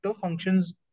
functions